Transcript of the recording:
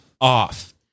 off